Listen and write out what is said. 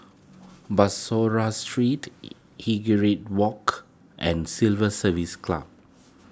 Bussorah Street Walk and Civil Service Club